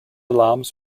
alarms